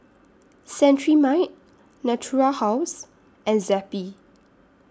Cetrimide Natura House and Zappy